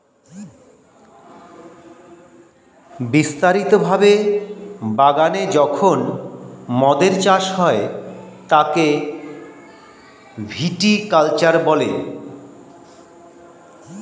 বিস্তারিত ভাবে বাগানে যখন মদের চাষ হয় তাকে ভিটি কালচার বলে